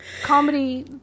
comedy